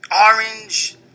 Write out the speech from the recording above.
orange